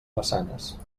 maçanes